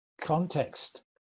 context